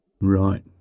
Right